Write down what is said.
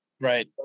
right